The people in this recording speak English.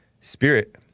spirit